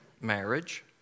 marriage